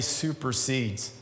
supersedes